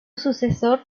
sucesor